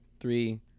three